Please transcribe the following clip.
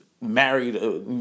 married